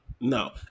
no